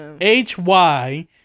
H-Y